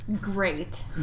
Great